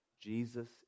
Jesus